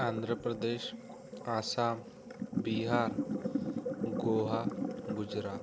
Andhra Pradesh Assam Bihar Goa Gujarat